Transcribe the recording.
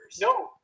no